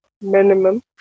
minimum